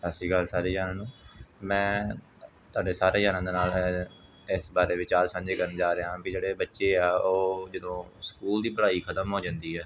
ਸਤਿ ਸ਼੍ਰੀ ਅਕਾਲ ਸਾਰੇ ਜਣਿਆਂ ਨੂੰ ਮੈਂ ਤੁਹਾਡੇ ਸਾਰੇ ਜਣਿਆਂ ਦੇ ਨਾਲ ਹੈ ਇਸ ਬਾਰੇ ਵਿਚਾਰ ਸਾਂਝੇ ਕਰਨ ਜਾ ਰਿਹਾ ਹਾਂ ਵੀ ਜਿਹੜੇ ਬੱਚੇ ਆ ਉਹ ਜਦੋਂ ਸਕੂਲ ਦੀ ਪੜ੍ਹਾਈ ਖਤਮ ਹੋ ਜਾਂਦੀ ਹੈ